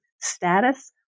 Status